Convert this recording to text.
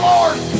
Lord